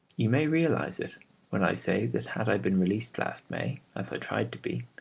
you may realise it when i say that had i been released last may, as i tried to be,